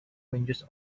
ranges